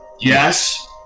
Yes